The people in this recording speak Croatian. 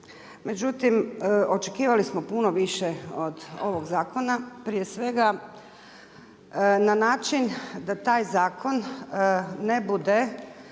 Međutim očekivali smo puno više od ovog zakona. Prije svega na način da taj zakon ne bude